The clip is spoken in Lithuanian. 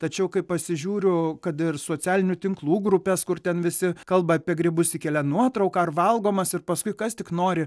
tačiau kai pasižiūriu kad ir socialinių tinklų grupes kur ten visi kalba apie grybus įkelia nuotrauką ar valgomas ir paskui kas tik nori